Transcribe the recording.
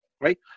Right